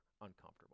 uncomfortable